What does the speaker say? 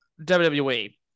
WWE